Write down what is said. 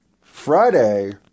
Friday